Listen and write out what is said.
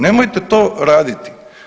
Nemojte to raditi.